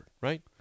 right